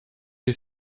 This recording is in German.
ich